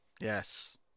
Yes